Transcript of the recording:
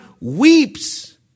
weeps